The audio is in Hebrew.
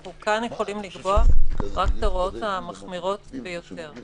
אנחנו כאן יכולים לקבוע רק את ההוראות המחמירות ביותר.